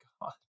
god